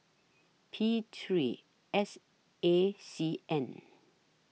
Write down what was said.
P three S A C N